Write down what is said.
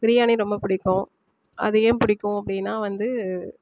பிரியாணி ரொம்ப பிடிக்கும் அது ஏன் பிடிக்கும் அப்படின்னா வந்து